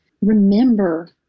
Remember